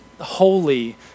holy